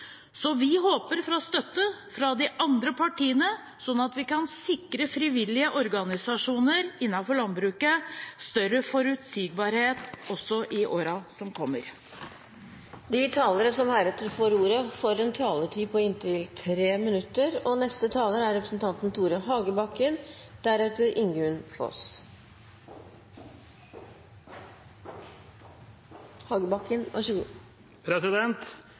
Vi håper på støtte fra de andre partiene, sånn at vi kan sikre frivillige organisasjoner innenfor landbruket større forutsigbarhet også i årene som kommer. De talere som heretter får ordet, har en taletid på inntil 3 minutter. Arbeidsledigheten i Hedmark og